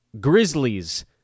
Grizzlies